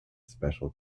special